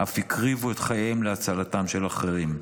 אף הקריבו את חייהם להצלתם של אחרים.